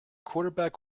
quarterback